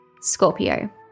Scorpio